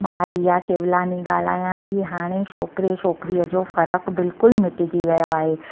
मां रिया केवलानी ॻाल्हायां थी हाणे छोकिरे छोकिरीअ जो फ़रकु बिल्कुलु मिटजी वियो आहे